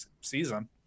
season